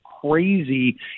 crazy